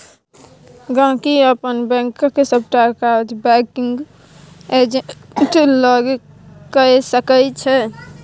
गांहिकी अपन बैंकक सबटा काज बैंकिग एजेंट लग कए सकै छै